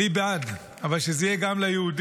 אני בעד, אבל שזה יהיה גם ליהודים.